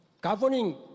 governing